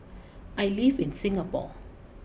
I live in Singapore